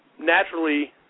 naturally